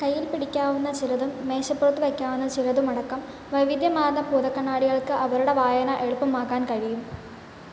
കയ്യിൽ പിടിക്കാവുന്ന ചിലതും മേശപ്പുറത്ത് വയ്ക്കാവുന്ന ചിലതും അടക്കം വൈവിധ്യമാർന്ന ഭൂതക്കണ്ണാടികൾക്ക് അവരുടെ വായന എളുപ്പമാക്കാൻ കഴിയും